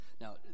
Now